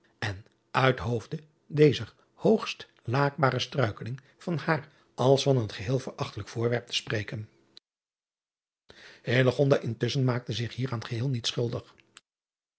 en uit hoofde dezer hoogstlaakbare struikeling van haar als van een geheel verachtelijk voorwerp te spreken intusschen maakte zich hieraan geheel niet schuldig